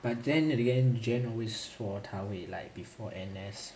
but then again jen always 说他会 like before N_S